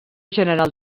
general